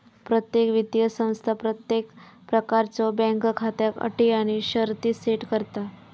प्रत्येक वित्तीय संस्था प्रत्येक प्रकारच्यो बँक खात्याक अटी आणि शर्ती सेट करता